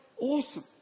awesome